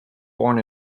born